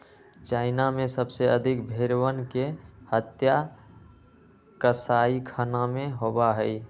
China में सबसे अधिक भेंड़वन के हत्या कसाईखाना में होबा हई